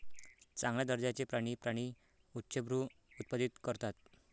चांगल्या दर्जाचे प्राणी प्राणी उच्चभ्रू उत्पादित करतात